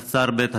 בחצר בית הספר.